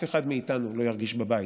מאיתנו לא ירגיש בבית.